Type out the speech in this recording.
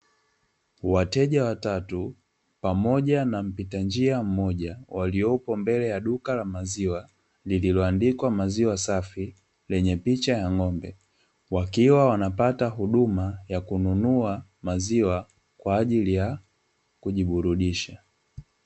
Wateja watatu pamoja na mpita njia mmoja waliopo mbele ya duka la maziwa, lililoandikwa maziwa safi lenye picha ya ng'ombe, wakiwa wanapata huduma ya kununua maziwa kwa ajili ya kujiburudisha.